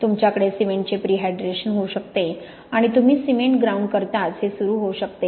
तुमच्याकडे सिमेंटचे प्रीहायड्रेशन होऊ शकते आणि तुम्ही सिमेंट ग्राउंड करताच हे सुरू होऊ शकते